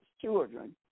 children